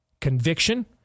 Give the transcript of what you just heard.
Conviction